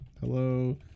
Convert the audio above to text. Hello